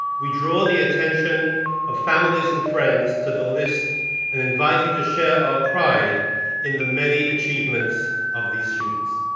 we draw the attention of family and friends to the list and invite you to share our pride in the many achievements of these students.